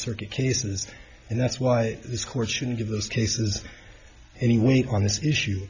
circuit cases and that's why this court shouldn't give those cases any weight on this issue